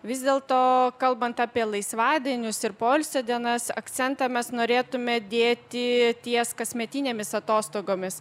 vis dėlto kalbant apie laisvadienius ir poilsio dienas akcentą mes norėtume dėti ties kasmetinėmis atostogomis